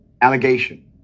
allegation